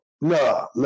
No